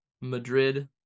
Madrid